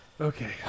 Okay